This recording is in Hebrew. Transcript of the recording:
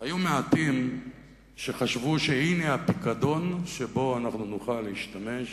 היו מעטים שחשבו שהנה הפיקדון שבו נוכל להשתמש